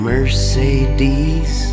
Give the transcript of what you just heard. Mercedes